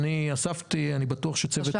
אני רוצה